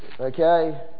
Okay